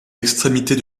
extrémités